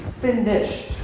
finished